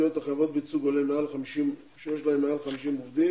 ממשלתיות החייבות בייצוג הולם שיש להם מעל 50 עובדים,